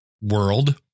world